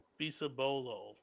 bisabolo